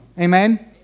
Amen